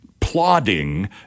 plodding